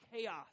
chaos